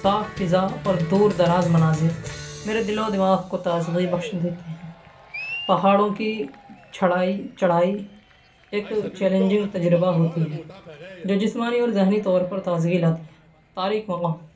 صاف فضاء اور دور دراز مناظر میرے دل و دماغ کو تازگی بخش دیتے ہیں یہاڑوں کی چڑھائی چڑھائی ایک چیلینجنگ تجربہ ہوتی ہے جو جسمانی اور ذہنی طور پر تازگی لاتی ہے تاریک مقام